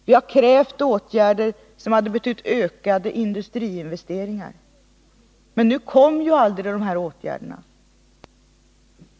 Vi har krävt åtgärder som hade betytt ökade industriinvesteringar. Men nu kom aldrig de åtgärderna.